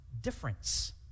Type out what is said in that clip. difference